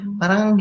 parang